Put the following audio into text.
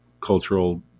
cultural